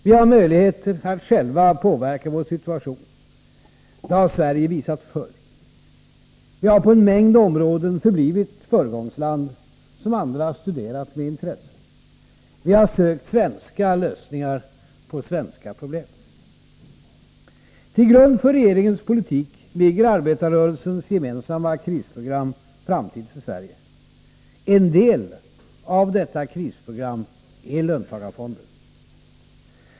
Vi har möjlighet att själva påverka vår situation. Det har Sverige visat förr. Sverige har på en mängd områden förblivit föregångsland, som andra studerat med intresse. Vi har sökt svenska lösningar på svenska problem. Till grund för regeringens politik ligger arbetarrörelsens gemensamma krisprogram, Framtid för Sverige. En del av detta krisprogram är löntagarfonder.